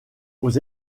aux